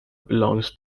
belongs